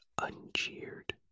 uncheered